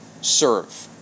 serve